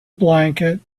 blanket